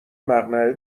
مقنعه